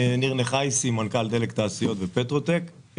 ניר נחייאסי, מנכ"ל דלק תעשיות ופטרוטק.